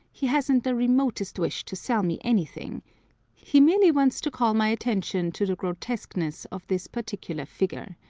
he hasn't the remotest wish to sell me anything he merely wants to call my attention to the grotesqueness of this particular figure.